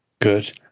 Good